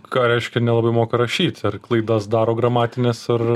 ką reiškia nelabai moka rašyt ar klaidas daro gramatines ar